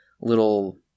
little